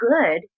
good